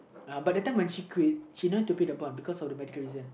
uh but at the time when she quit she don't have to pay the bond because of the medical reason